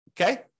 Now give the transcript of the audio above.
okay